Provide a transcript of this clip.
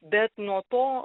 bet nuo to